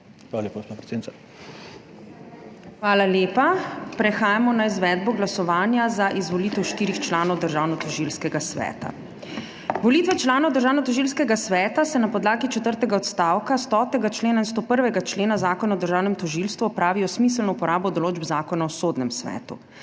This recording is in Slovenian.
URŠKA KLAKOČAR ZUPANČIČ:** Hvala lepa. Prehajamo na izvedbo glasovanja za izvolitev štirih članov Državnotožilskega sveta. Volitve članov Državnotožilskega sveta se na podlagi četrtega odstavka 100. člena in 101. člena Zakona o državnem tožilstvu opravijo s smiselno uporabo določb Zakona o sodnem svetu.